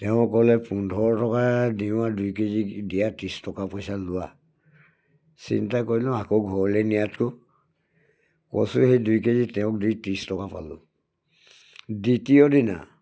তেওঁ ক'লে পোন্ধৰ টকা দিওঁ আৰু দুই কেজি দিয়া ত্ৰিছ টকা পইচা লোৱা চিন্তা কৰিলোঁ আকৌ ঘৰলৈ নিয়াতকৈ কচু সেই দুই কেজি তেওঁক দি ত্ৰিছ টকা পালোঁ দ্বিতীয় দিনা